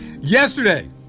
Yesterday